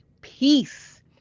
Peace